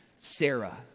Sarah